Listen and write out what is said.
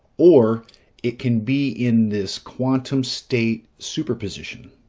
or it can be in this quantum state superposition.